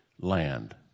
land